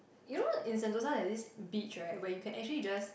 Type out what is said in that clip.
you know in sentosa there's this beach right where you can actually just